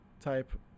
type